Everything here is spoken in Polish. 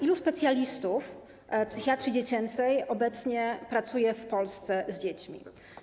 Ilu specjalistów psychiatrii dziecięcej obecnie pracuje w Polsce z dziećmi?